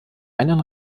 einen